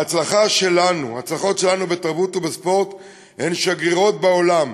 ההצלחות שלנו בתרבות ובספורט הן שגרירות בעולם,